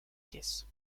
pièces